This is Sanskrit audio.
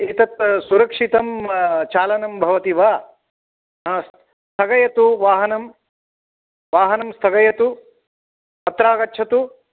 एतत् सुरक्षितं चालनं भवति वा स्थगयतु वाहनं वाहनं स्थगयतु अत्र आगच्छतु